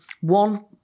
one